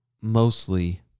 mostly